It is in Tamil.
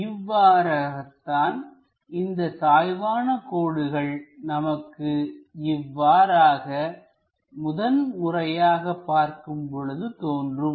இவ்வாறாகத் தான் இந்த சாய்வான கோடுகள் நமக்கு இவ்வாறாக முதன் முறையாக பார்க்கும் பொழுது தோன்றும்